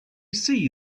see